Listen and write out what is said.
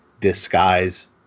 disguise